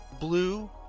blue